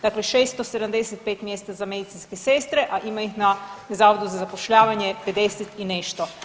Dakle, 675 mjesta za medicinske sestre, a ima ih na zavodu za zapošljavanje 50 i nešto.